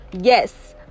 Yes